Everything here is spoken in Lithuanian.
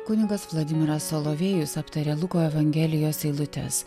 kunigas vladimiras solovėjus aptarė luko evangelijos eilutes